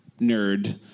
nerd